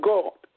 God